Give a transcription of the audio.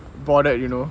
bothered you know